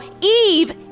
Eve